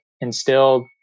instilled